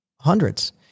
hundreds